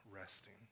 resting